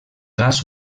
gas